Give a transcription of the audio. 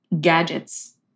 gadgets